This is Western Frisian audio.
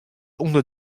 ûnder